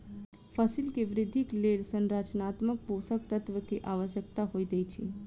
फसिल के वृद्धिक लेल संरचनात्मक पोषक तत्व के आवश्यकता होइत अछि